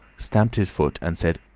stamped his foot, and said,